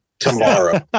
tomorrow